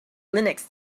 linux